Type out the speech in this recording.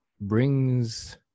brings